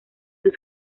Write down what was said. sus